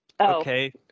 okay